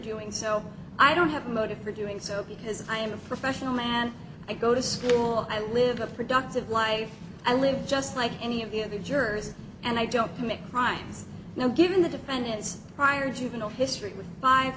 doing so i don't have a motive for doing so because i am a professional man i go to school i live a productive life i live just like any of the other jurors and i don't commit crimes now given the defendant's prior juvenile history with five